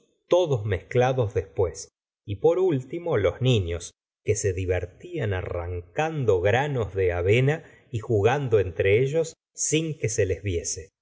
todos mezclados después y por último los niños que se divertían arrancando granos de avena y jugando entre ellos sin que se les viese